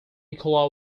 nikola